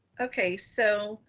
okay, so.